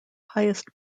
highest